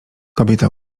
kobieta